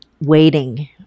waiting